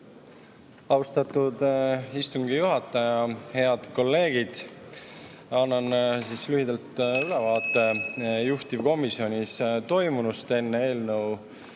Austatud istungi juhataja! Head kolleegid! Annan lühidalt ülevaate juhtivkomisjonis toimunust enne eelnõu